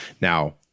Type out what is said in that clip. Now